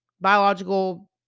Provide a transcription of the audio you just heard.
biological